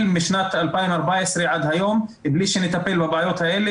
משנת 2014 עד היום בלי שנטפל בבעיות האלה,